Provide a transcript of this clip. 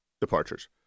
departures